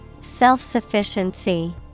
Self-sufficiency